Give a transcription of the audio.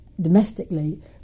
domestically